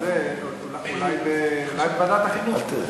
אולי בוועדת החינוך,